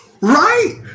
right